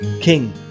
King